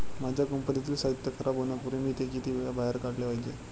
माझ्या कंपनीतील साहित्य खराब होण्यापूर्वी मी ते किती वेळा बाहेर काढले पाहिजे?